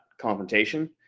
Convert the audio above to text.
confrontation